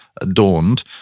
adorned